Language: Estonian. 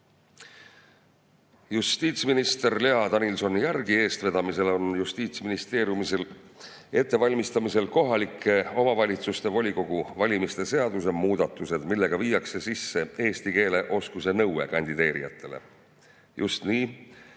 Justiitsminister Lea Danilson-Järgi eestvedamisel on Justiitsministeeriumis ettevalmistamisel kohaliku omavalitsuse volikogu valimise seaduse muudatused, millega viiakse sisse eesti keele oskuse nõue kandideerijatele, just nii,